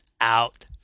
out